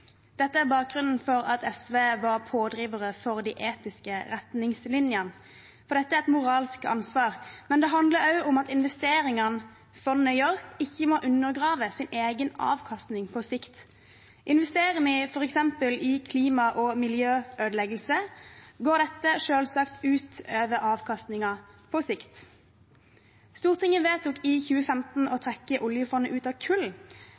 Dette er bakgrunnen for at SV var pådrivere for de etiske retningslinjene, for dette er et moralsk ansvar. Men det handler også om at investeringene fondet gjør, ikke må undergrave sin egen avkastning på sikt. Investerer vi f.eks. i klima- og miljøødeleggelser, går dette selvsagt ut over avkastningen på sikt. Stortinget vedtok i 2015 å trekke oljefondet ut av kull